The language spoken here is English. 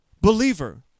believer